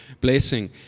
blessing